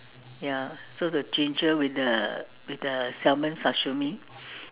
ya so is the ginger with the with salmon sashimi